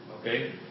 okay